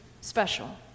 special